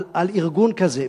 על ארגון כזה,